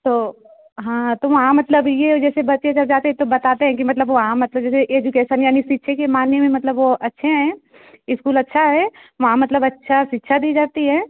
तो हाँ हाँ तो वहाँ मतलब यह जैसे बच्चे अगर जाते हैं तो बताते हैं कि मतलब वहाँ मतलब जैसे एजुकेसन यानी सीखते हैं कि माने में मतलब वह अच्छे हैं स्कूल अच्छा है वहाँ मतलब अच्छी शिक्षा दी जाती है